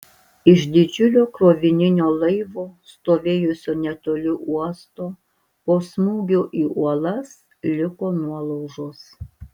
iš didžiulio krovininio laivo stovėjusio netoli uosto po smūgio į uolas liko nuolaužos